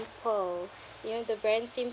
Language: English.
~ple you know the brand simple